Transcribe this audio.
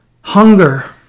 Hunger